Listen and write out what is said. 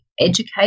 educate